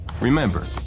Remember